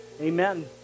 amen